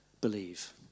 believe